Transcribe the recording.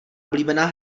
oblíbená